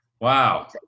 Wow